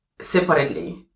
separately